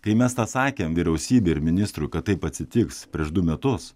kai mes tą sakėm vyriausybei ir ministrui kad taip atsitiks prieš du metus